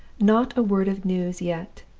not a word of news yet,